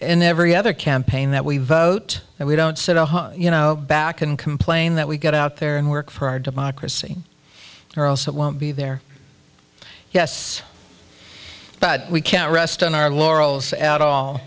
in every other campaign that we vote and we don't sit on you know back and complain that we get out there and work for our democracy or else it won't be there yes but we can't rest on our laurels out all